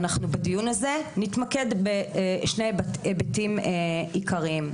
בדיון הזה אנחנו נתמקד בשני היבטים עיקריים.